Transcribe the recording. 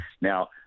Now